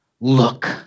look